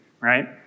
right